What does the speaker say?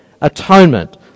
Atonement